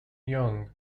young